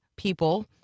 people